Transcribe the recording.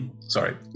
Sorry